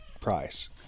price